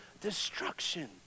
destruction